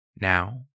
Now